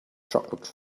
chocolate